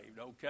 okay